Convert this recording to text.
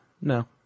no